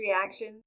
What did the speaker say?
reaction